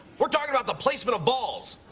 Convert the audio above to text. we're talking about the placement of balls!